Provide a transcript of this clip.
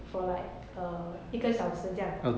for like err 一个小时这样